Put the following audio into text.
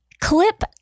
clip